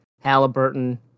Halliburton